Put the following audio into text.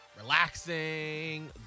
relaxing